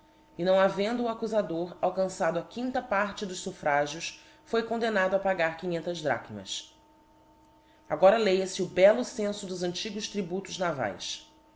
e não havendo o accufador alcançado a quinta parte dos fufiragíos foi condemnado a pagar quinhentas drachmas i agora leia fe o bello cenfo dos antigos tributos navaes